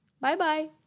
Bye-bye